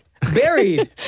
Buried